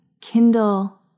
Kindle